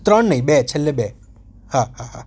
ત્રણ નહીં બે છેલ્લે બે હા હા હા